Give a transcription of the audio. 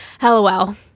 hello